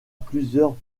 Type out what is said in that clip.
plusieurs